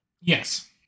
Yes